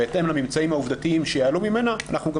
גם בהתאם לממצאים העובדתיים שיעלו ממנה אנחנו גם